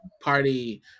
party